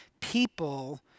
people